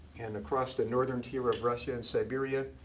and across the northern tier of russia and siberia.